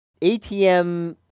ATM